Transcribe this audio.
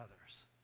others